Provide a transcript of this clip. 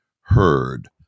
heard